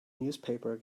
newspaper